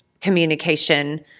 communication